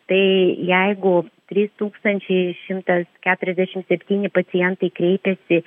tai jeigu trys tūkstančiai šimtas keturiasdešimt septyni pacientai kreipiasi